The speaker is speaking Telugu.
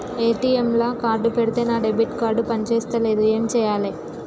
ఏ.టి.ఎమ్ లా కార్డ్ పెడితే నా డెబిట్ కార్డ్ పని చేస్తలేదు ఏం చేయాలే?